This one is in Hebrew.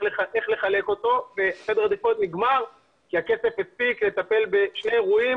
לחלק אותו וסדר העדיפויות נגמר כי הכסף הספיק לטפל בשני אירועים